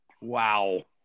Wow